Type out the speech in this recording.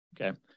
Okay